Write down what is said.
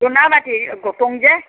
ধূনা বাটি ঘোটোং যে